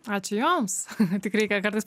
ačiū joms tik reikia kartais